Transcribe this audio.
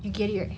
you get it right